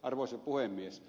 arvoisa puhemies